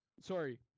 Sorry